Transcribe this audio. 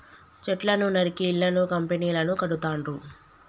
చెట్లను నరికి ఇళ్లను కంపెనీలను కడుతాండ్రు